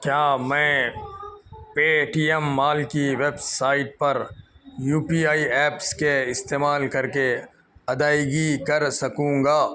کیا میں Paytm mall کی ویب سائٹ پر یو پی آئی ایپس کے استعمال کر کے ادائیگی کر سکوں گا